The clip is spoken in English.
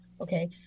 okay